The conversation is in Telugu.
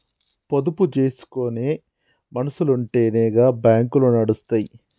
పొదుపు జేసుకునే మనుసులుంటెనే గా బాంకులు నడుస్తయ్